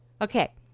Okay